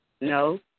No